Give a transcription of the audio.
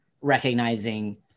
recognizing